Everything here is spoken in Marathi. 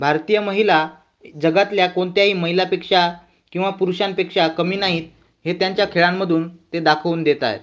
भारतीय महिला जगातल्या कोणत्याही महिलापेक्षा किंवा पुरुषांपेक्षा कमी नाहीत हे त्यांच्या खेळांमधून ते दाखवून देत आहेत